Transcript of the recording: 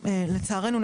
לצערנו,